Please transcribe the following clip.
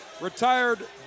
Retired